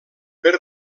per